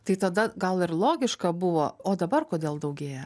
tai tada gal ir logiška buvo o dabar kodėl daugėja